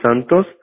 Santos